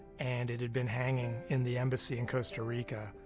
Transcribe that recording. and it had been hanging in the embassy in costa rica.